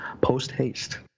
post-haste